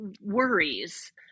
worries